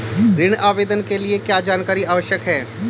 ऋण आवेदन के लिए क्या जानकारी आवश्यक है?